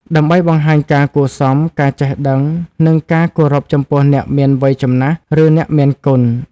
ដើម្បីបង្ហាញការគួរសម ការចេះដឹង និងការគោរពចំពោះអ្នកមានវ័យចំណាស់ ឬអ្នកមានគុណ។